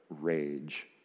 rage